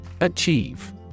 Achieve